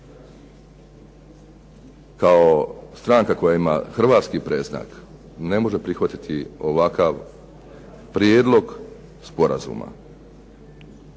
kao stranka koja ima hrvatske predstavnike, ne može prihvatiti ovakav prijedlog sporazuma.